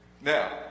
Now